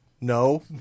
no